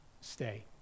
stay